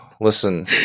Listen